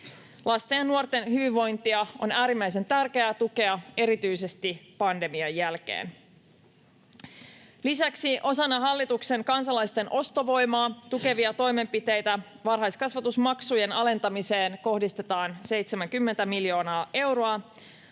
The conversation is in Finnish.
Lasten ja nuorten hyvinvointia on äärimmäisen tärkeää tukea erityisesti pandemian jälkeen. Lisäksi osana hallituksen kansalaisten ostovoimaa tukevia toimenpiteitä varhaiskasvatusmaksujen alentamiseen kohdistetaan 70 miljoonaa euroa.